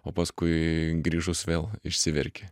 o paskui grįžus vėl išsiverki